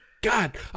God